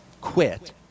quit